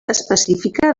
específica